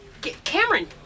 Cameron